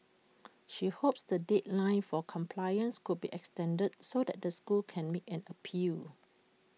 she hopes the deadline for compliance could be extended so that the school could make an appeal